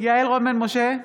יעל רון בן משה,